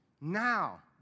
now